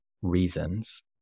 reasons